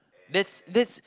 that's that's